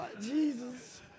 Jesus